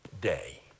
day